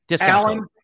Alan